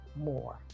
more